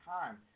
time